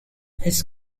his